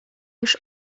już